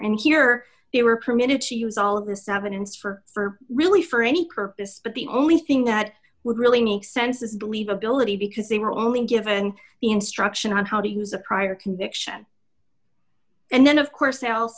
and here you are permitted to use all of this evidence for really for any purpose but the only thing that would really make sense is believe ability because they were only given the instruction on how to use a prior conviction and then of course